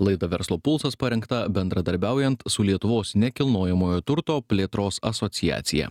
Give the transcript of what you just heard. laida verslo pulsas parengta bendradarbiaujant su lietuvos nekilnojamojo turto plėtros asociacija